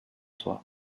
trois